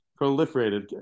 Proliferated